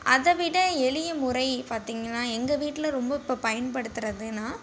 அதை விட எளிய முறை பார்த்தீங்கன்னா எங்கள் வீட்டில் ரொம்ப இப்போ பயன்படுத்துகிறதுனா